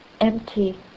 empty